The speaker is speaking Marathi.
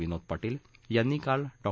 विनोद पाटील यांनी काल डॉ